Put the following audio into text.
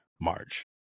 march